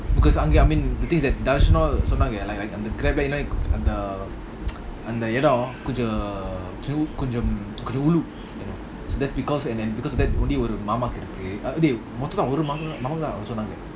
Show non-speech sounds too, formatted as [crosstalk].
because I I mean the thing is சொன்னாங்க:sonnanga [noise] அந்தஇடம்கொஞ்சம்:andha idam konjam you know so that's because and and because that only will மாமாதான்அவங்கசொன்னாங்க:mamathan avanga sonnanga